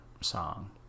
song